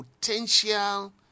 potential